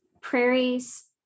prairies